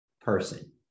person